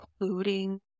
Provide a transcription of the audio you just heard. including